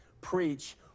preach